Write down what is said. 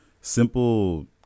simple